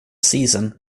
season